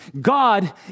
God